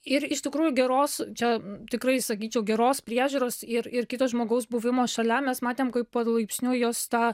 ir iš tikrųjų geros čia tikrai sakyčiau geros priežiūros ir ir kito žmogaus buvimo šalia mes matėm kaip palaipsniui jos ta